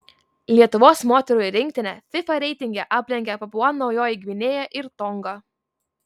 lietuvos moterų rinktinę fifa reitinge aplenkė papua naujoji gvinėja ir tonga